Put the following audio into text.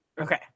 Okay